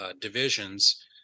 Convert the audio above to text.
divisions